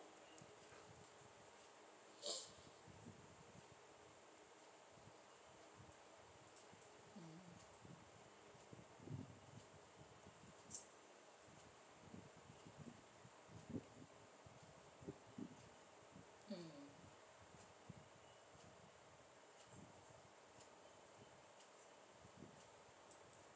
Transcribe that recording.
mm hmm